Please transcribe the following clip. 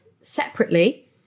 separately